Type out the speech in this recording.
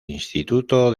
instituto